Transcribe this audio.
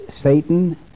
Satan